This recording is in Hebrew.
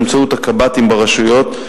באמצעות הקב"טים ברשויות,